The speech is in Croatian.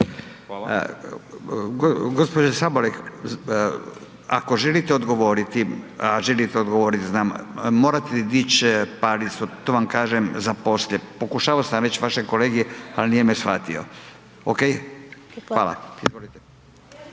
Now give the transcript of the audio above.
Hvala. Gospođo Sabolek, ako želite odgovoriti, a želite odgovoriti znam morate dići palicu, to vam kažem za poslije, pokušavao sam reći vašem kolegi ali nije me shvatio. Ok? Hvala, izvolite.